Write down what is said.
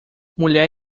mulher